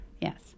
Yes